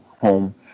home